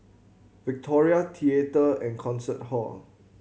Victoria Theatre and Concert Hall